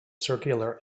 circular